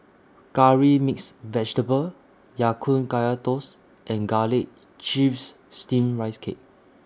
Curry Mixed Vegetable Ya Kun Kaya Toast and Garlic Chives Steamed Rice Cake